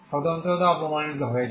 স্বতন্ত্রতাও প্রমাণিত হয়েছে